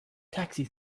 taxis